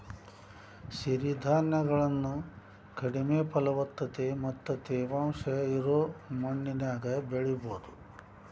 ಸಿರಿಧಾನ್ಯಗಳನ್ನ ಕಡಿಮೆ ಫಲವತ್ತತೆ ಮತ್ತ ತೇವಾಂಶ ಇರೋ ಮಣ್ಣಿನ್ಯಾಗು ಬೆಳಿಬೊದು